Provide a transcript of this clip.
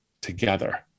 together